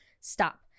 stop